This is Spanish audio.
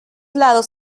lados